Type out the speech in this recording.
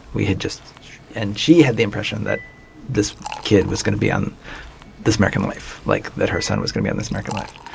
we had just and she had the impression that this kid was going to be on this american life. like that her son was going to be on this american life.